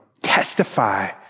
testify